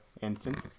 instance